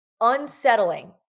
unsettling